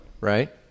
right